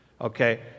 Okay